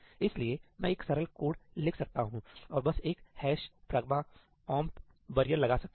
इसलिए मैं एक सरल कोड लिख सकता हूं और बस एक pragma omp barrier " pragma omp barrier' लगा सकता हूं